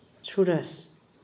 ꯁꯨꯔꯁ